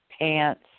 pants